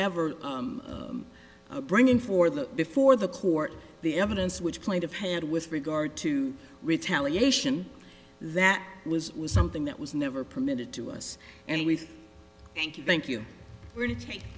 ever bringing for the before the court the evidence which plaintive had with regard to retaliation that was something that was never permitted to us and we thank you thank you were to take